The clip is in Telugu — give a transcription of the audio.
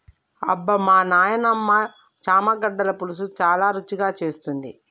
అబ్బమా నాయినమ్మ చామగడ్డల పులుసు చాలా రుచిగా చేస్తుంది